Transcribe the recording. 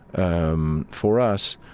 um for us,